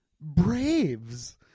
braves